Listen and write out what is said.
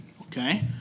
okay